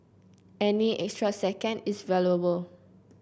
any extra second is valuable